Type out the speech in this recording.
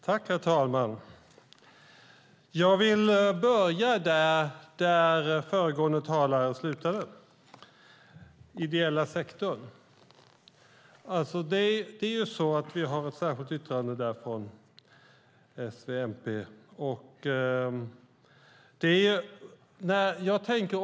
Herr talman! Jag börjar där föregående talare slutade, alltså med den ideella sektorn. Det finns ett särskilt yttrande från S, V och MP.